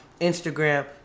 Instagram